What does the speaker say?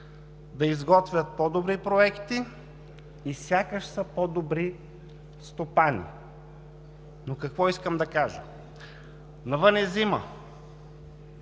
да изготвят по-добри проекти и сякаш са по-добри стопани. Но какво искам да кажа? Навън е зима,